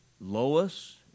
Lois